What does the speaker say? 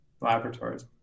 laboratories